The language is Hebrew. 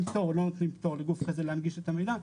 פטור או לא נותנים פטור לגוף כזה להנגיש את המידע.